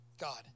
God